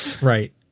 right